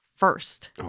First